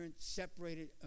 separated